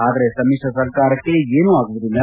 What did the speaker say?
ಆದರೆ ಸಮಿತ್ರ ಸರ್ಕಾರಕ್ಷೆ ಏನೂ ಆಗುವುದಿಲ್ಲ